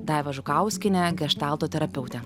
daiva žukauskienė geštalto terapeutė